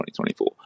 2024